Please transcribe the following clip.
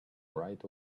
right